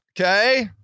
Okay